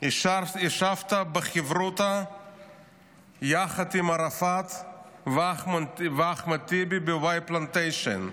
ישבת בחברותא יחד עם ערפאת ואחמד טיבי בוואי פלנטיישן,